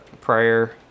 prior